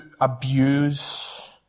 abuse